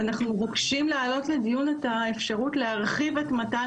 ואנחנו מבקשים להעלות לדיון את האפשרות להרחיב את מתן